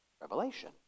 revelation